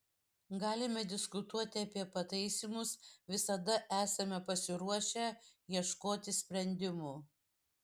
galime diskutuoti apie pataisymus visada esame pasiruošę ieškoti sprendimų